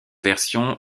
version